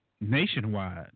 nationwide